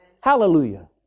Hallelujah